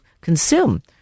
consume